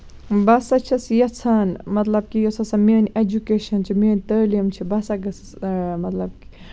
بہٕ ہسا چھَس یَژھان مطلب کہِ یۄس ہسا میٛٲنۍ ایٚجوکیشن چھِ میٛٲنۍ تعلیٖم چھِ بہٕ ہسا گژھٕس مطلب